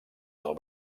del